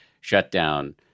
shutdown